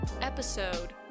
episode